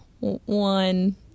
one